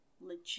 legit